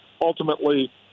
ultimately